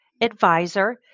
advisor